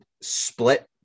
split